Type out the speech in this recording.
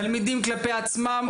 תלמידים כלפי עצמם,